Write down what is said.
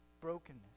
Brokenness